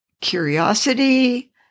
curiosity